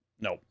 Nope